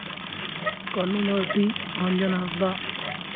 ᱠᱟᱹᱱᱩ ᱢᱟᱨᱰᱤ ᱨᱚᱧᱡᱚᱱ ᱦᱟᱸᱥᱫᱟ